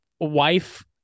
wife